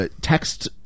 text